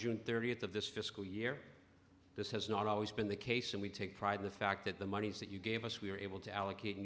june thirtieth of this fiscal year this has not always been the case and we take pride in the fact that the monies that you gave us we are able to allocate